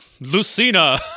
Lucina